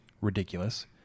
Ridiculous